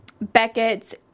beckett's